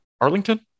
Arlington